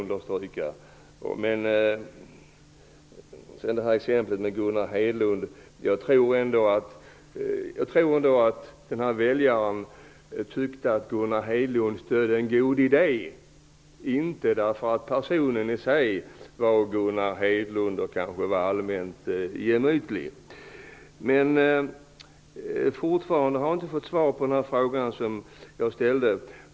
Apropå exemplet med Gunnar Hedlund tror jag ändå att väljaren i fråga tyckte att Gunnar Hedlund stödde en god idé och inte tänkte på att personen Gunnar Hedlund i sig kanske var allmänt gemytlig. Fortfarande har jag inte fått några svar på de frågor jag ställde.